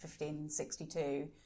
1562